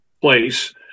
place